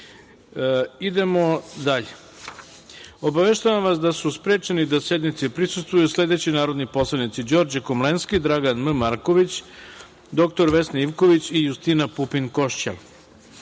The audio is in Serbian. Srbije. Obaveštavam vas da su sprečeni da sednici prisustvuju sledeći narodni poslanici: